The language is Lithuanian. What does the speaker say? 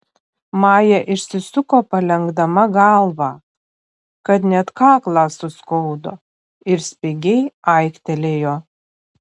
maja išsisuko palenkdama galvą kad net kaklą suskaudo ir spigiai aiktelėjo